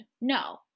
No